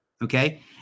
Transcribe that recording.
Okay